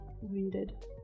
wounded